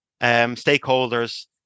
stakeholders